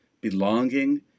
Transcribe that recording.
Belonging